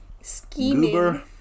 scheming